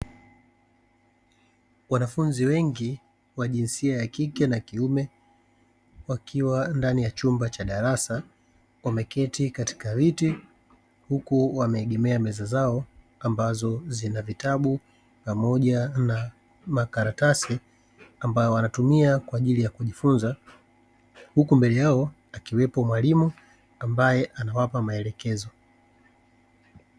Wanafunzi wengi wa jinsia ya kike na kiume wakiwa ndani ya chumba cha darasa, wameketi katika viti huku wameegemea meza zao ambazo zina vitabu pamoja na makaratasi ambayo wanatumia kwa ajili ya kujifunza; huku mbele yao akiwepo mwalimu ambaye anawapa maelekezo.